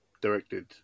directed